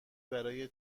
برای